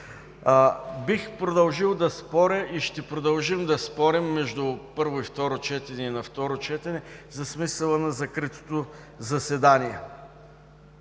Бих продължил да споря и ще продължим да спорим между първо и второ четене, и на второ четене за смисъла на закритото заседание.